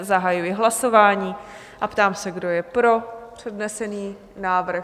Zahajuji hlasování a ptám se, kdo je pro přednesený návrh?